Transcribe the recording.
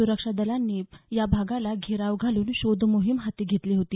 सुरक्षा दलांनी या भागाला घेराव घालून शोध मोहीम हाती घेतली होती